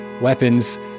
weapons